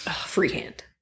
freehand